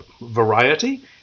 variety